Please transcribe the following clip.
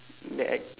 that I